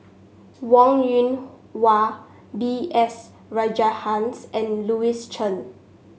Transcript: Wong Yoon Wah B S Rajhans and Louis Chen